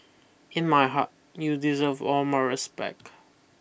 in my heart you deserve all my respect